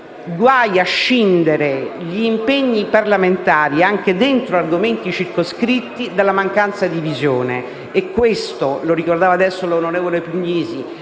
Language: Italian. Guai a scindere gli impegni parlamentari, anche dentro argomenti circoscritti, dalla mancanza di visione. E questo - lo ricordava ora la senatrice Puglisi